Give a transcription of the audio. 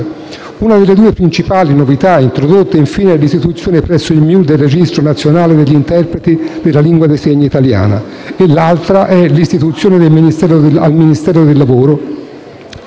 Una delle due principali novità introdotte, infine, è l'istituzione presso il MIUR del Registro nazionale degli interpreti della Lingua dei segni italiana e l'altra è l'istituzione al Ministero del lavoro